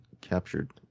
captured